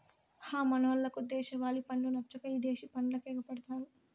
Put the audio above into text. హ మనోళ్లకు దేశవాలి పండ్లు నచ్చక ఇదేశి పండ్లకెగపడతారు